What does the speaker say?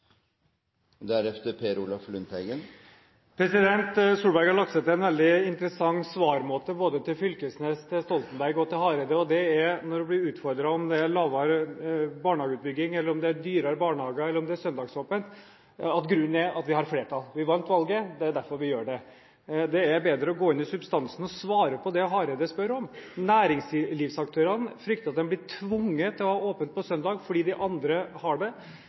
Solberg har lagt seg til en veldig interessant måte å svare både Fylkesnes, Stoltenberg og Hareide på når hun blir utfordret – enten det gjelder mindre barnehageutbygging, dyrere barnehager eller søndagsåpent: Vi har flertall. Vi vant valget. Det er derfor vi gjør det. Det er bedre å gå inn i substansen og svare på det Hareide spør om. Næringslivaktørene frykter at de blir tvunget til å ha åpent på søndag – fordi andre har det